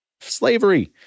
slavery